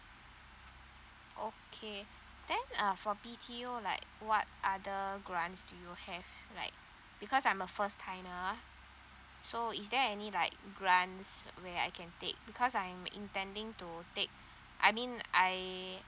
okay then uh for B_T_O like what other grants do you have like because I'm a first timer so is there any like grants where I can take because I'm intending to take I mean I